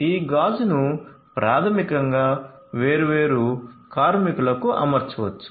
ఈ గాజును ప్రాథమికంగా వేర్వేరు కార్మికులకు అమర్చవచ్చు